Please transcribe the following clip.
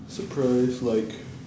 surprise like